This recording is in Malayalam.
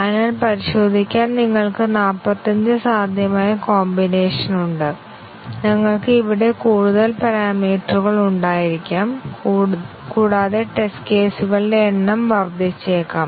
അതിനാൽ പരിശോധിക്കാൻ ഞങ്ങൾക്ക് 45 സാധ്യമായ കോമ്പിനേഷനുണ്ട് ഞങ്ങൾക്ക് ഇവിടെ കൂടുതൽ പാരാമീറ്ററുകൾ ഉണ്ടായിരിക്കാം കൂടാതെ ടെസ്റ്റ് കേസുകളുടെ എണ്ണം വർദ്ധിച്ചേക്കാം